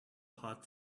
hot